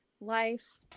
life